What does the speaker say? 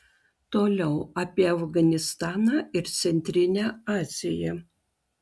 toliau apie afganistaną ir centrinę aziją